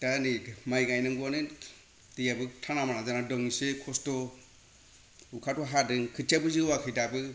दा नै माइ गायनांगौआनो दैयाबो थाना माना जानानै दं एसे खस्त' अखाबो हादों खोथियाबो जौवाखै दाबो